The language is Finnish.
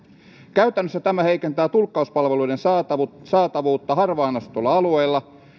käytännössä tämä heikentää tulkkauspalveluiden saatavuutta saatavuutta harvaan asutuilla alueilla